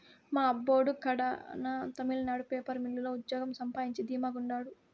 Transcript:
మా అబ్బోడు కడాన తమిళనాడు పేపర్ మిల్లు లో ఉజ్జోగం సంపాయించి ధీమా గుండారు